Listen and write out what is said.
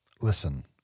Listen